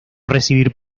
recibir